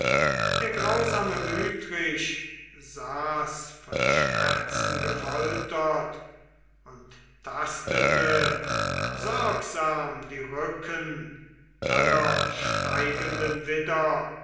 der grausame wütrich saß von schmerzen gefoltert und tastete sorgsam die rücken aller steigenden widder